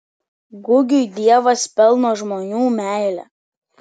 gugiui dievas pelno žmonių meilę